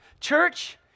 Church